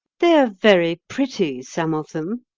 they are very pretty, some of them,